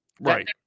Right